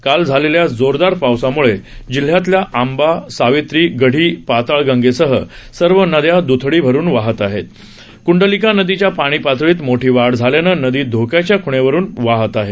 काल झालेल्या जोरदार पावसामुळे जिल्ह्यातल्या आंबा सावित्री गाढी पाताळगंगेसह सर्व नद्या दुथडी भरून वाहात आहेत कुंडलिका नदीच्या पाणीपातळीत मोठी वाढ झाल्यानं नदी धोक्याच्या ख्णेवरून वाहत आहे